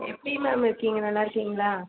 எப்படி மேம் இருக்கிங்க நல்லாயிருக்கீங்களா